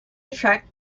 attract